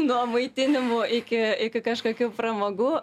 nuo maitinimų iki iki kažkokių pramogų